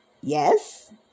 yes